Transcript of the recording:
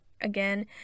again